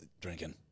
drinking